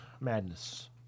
Madness